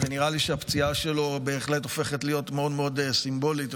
ונראה לי שהפציעה שלו בהחלט הופכת להיות מאוד מאוד סימבולית,